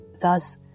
Thus